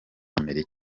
amerika